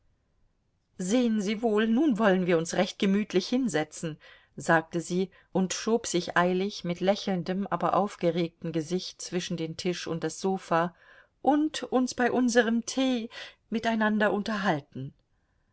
sehen sie wohl nun wollen wir uns recht gemütlich hinsetzen sagte sie und schob sich eilig mit lächelndem aber aufgeregtem gesicht zwischen den tisch und das sofa und uns bei unserem tee miteinander unterhalten